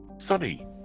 sunny